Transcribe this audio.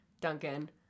Duncan